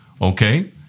Okay